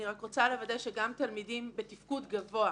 אני רק רוצה לוודא שגם תלמידים בתפקוד גבוה.